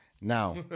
Now